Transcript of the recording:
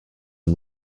are